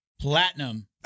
platinum